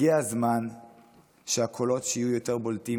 הגיע הזמן שהקולות שיהיו יותר בולטים